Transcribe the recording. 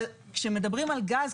אבל כשמדברים על גז,